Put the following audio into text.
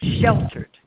sheltered